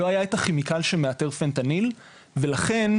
לא היה את הכימיקל שמאתר פנטניל ולכן,